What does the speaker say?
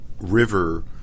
River